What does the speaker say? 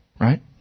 right